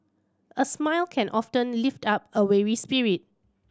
a smile can often lift up a weary spirit